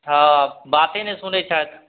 हँ बाते नहि सुनै छथि